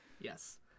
Yes